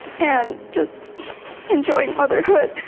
and just enjoying motherhood.